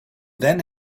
then